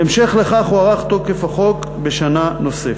בהמשך לכך הוארך תוקף החוק בשנה נוספת.